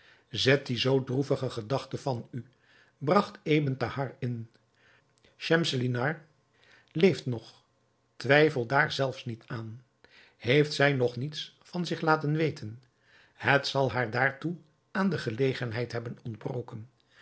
zet die zoo droevige gedachte van u bragt ebn thahar in schemselnihar leeft nog twijfel daar zelfs niet aan heeft zij nog niets van zich laten weten het zal haar daartoe aan de gelegenheid hebben